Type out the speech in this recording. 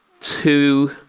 two